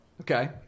Okay